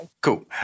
Cool